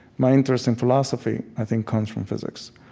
my interest in philosophy, i think, comes from physics